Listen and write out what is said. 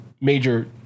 major